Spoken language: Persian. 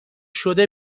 شده